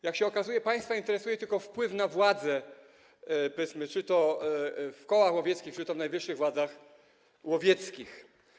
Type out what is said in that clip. Jak się okazuje, państwa interesuje tylko wpływ na władzę, powiedzmy, czy to w kołach łowieckich, czy to w najwyższych władzach łowieckich.